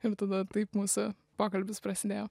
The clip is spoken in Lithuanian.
ir tada taip mūsų pokalbis prasidėjo